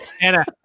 Anna